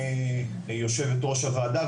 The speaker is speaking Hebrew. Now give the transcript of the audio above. יושבת ראש הוועדה,